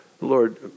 Lord